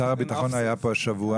שר הביטחון היה פה השבוע,